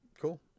Cool